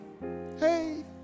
Hey